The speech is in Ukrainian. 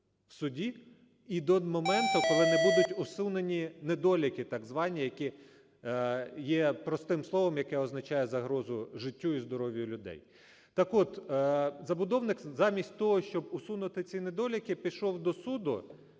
в суді, і до моменту, коли не будуть усунені недоліки так звані, які є, простим словом, яке означає загрозу життю і здоров'ю людей. Так от, забудовник замість того, щоб усунути ці недоліки, пішов до суду,